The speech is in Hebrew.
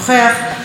אינה נוכחת,